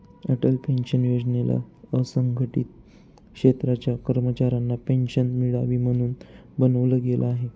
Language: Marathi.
अटल पेन्शन योजनेला असंघटित क्षेत्राच्या कर्मचाऱ्यांना पेन्शन मिळावी, म्हणून बनवलं गेलं आहे